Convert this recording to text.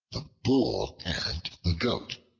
the bull and the goat